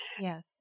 Yes